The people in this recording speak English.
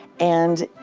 and